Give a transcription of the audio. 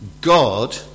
God